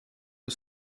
des